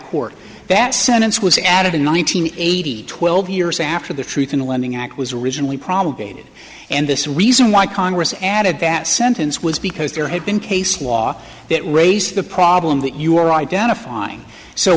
court that sentence was added in one nine hundred eighty eight twelve years after the truth in lending act was originally probably dated and this reason why congress added that sentence was because there had been case law that raised the problem that you are identifying so